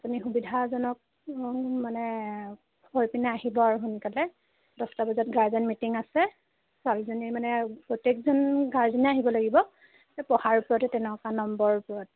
আপুনি সুবিধাজনক মানে হৈ পিনে আহিব আৰু সোনকালে দছটা বজাত গাৰ্জেন মিটিং আছে ছোৱালীজনী মানে প্ৰত্যেকজন গাৰ্জেনে আহিব লাগিব পঢ়াৰ ওপৰতে তেনেকুৱা নম্বৰৰ ওপৰত